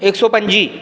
इक सौ पं'ज्जी